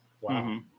Wow